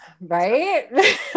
Right